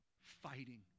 fighting